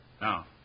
Now